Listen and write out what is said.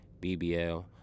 BBL